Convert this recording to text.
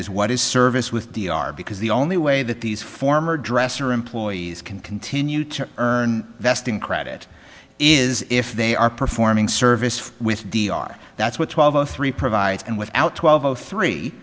is what is service with d r because the only way that these former dresser employees can continue to earn vesting credit is if they are performing service with d r that's what twelve o three provides and without twelve of three